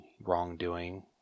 wrongdoing